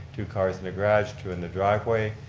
two cars in the garage, two in the driveway.